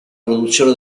produzione